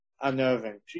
unnerving